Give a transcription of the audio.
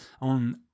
on